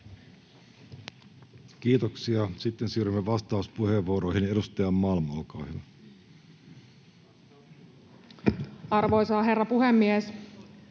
Kiitoksia. — Sitten siirrymme vastauspuheenvuoroihin. — Edustaja Malm, olkaa hyvä. [Speech 11] Speaker: